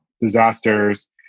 disasters